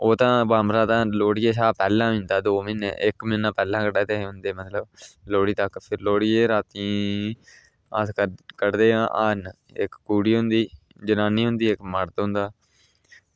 ओह् बंबरा तां लोह्ड़ियै कशा पैह्लें होई जंदा ते इक्क म्हीनै दौ म्हीनै पैह्लें चढ़ी जंदा मतलब लोह्ड़ी तक्क ते लोह्ड़ियै दी रातीं अस कड्ढदे आं हरण इक्क कुड़ी होंदी इक्क जनानी होंदी इक्क मर्द होंदा